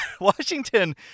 Washington